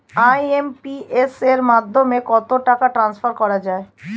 IMPS এর মাধ্যমে কত টাকা ট্রান্সফার করা যায়?